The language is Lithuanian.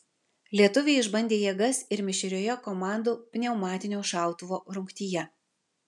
lietuviai išbandė jėgas ir mišrioje komandų pneumatinio šautuvo rungtyje